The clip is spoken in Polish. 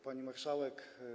Pani Marszałek!